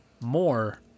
more